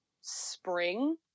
spring